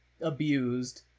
abused